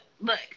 look